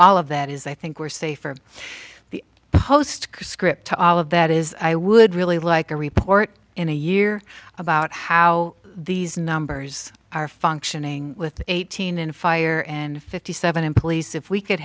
all of that is i think we're safer of the post script to all of that is i would really like a report in a year about how these numbers are functioning with eighteen in fire and fifty seven in police if we could